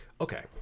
Okay